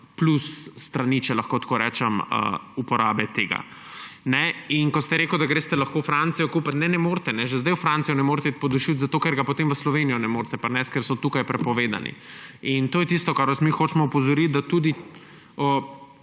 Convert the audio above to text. plus s strani, če lahko tako rečem, uporabe tega. Ko ste rekli, da greste lahko v Francijo kupit, ne ne morete, že sedaj v Francijo ne morete iti po dušilec, ker ga potem v Slovenijo ne morete prinesti, ker so tukaj prepovedani. To je tisto, na kar vas mi hočemo opozoriti, da tudi